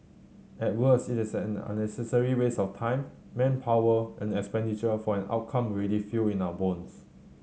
at worst it is an unnecessary waste of time manpower and expenditure for an outcome we already feel in our bones